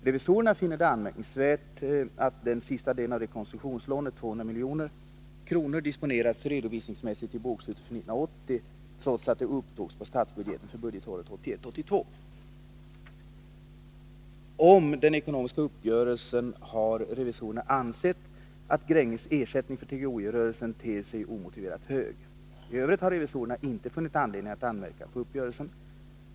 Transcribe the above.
Revisorerna finner det anmärkningsvärt att den sista delen av rekonstruktionslånet, 200 milj.kr., disponerats redovisningsmässigt i bokslutet för 1980, trots att det upptogs på statsbudgeten för budgetåret 1981/82. I fråga om den ekonomiska uppgörelsen har revisorerna ansett att Gränges ersättning för TGOJ-rörelsen ter sig omotiverat hög. I övrigt har revisorerna Nr 46 inte funnit anledning att anmärka på uppgörelsen.